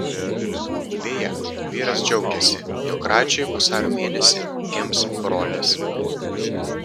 beje vyras džiaugėsi jog radži vasario mėnesį gims brolis